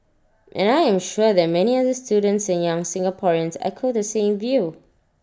and I am sure that many other students and young Singaporeans echo the same view